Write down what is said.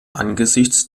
angesichts